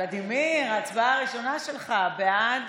(תשלום דמי לידה ליולדת בתקופת אבטלה),